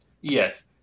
Yes